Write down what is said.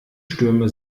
stürme